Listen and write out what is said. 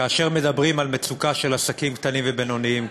כאשר מדברים על מצוקה של עסקים קטנים ובינוניים,